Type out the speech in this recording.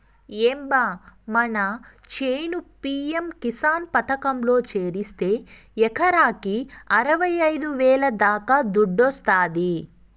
ఏం బా మన చేను పి.యం కిసాన్ పథకంలో చేరిస్తే ఎకరాకి అరవైఐదు వేల దాకా దుడ్డొస్తాది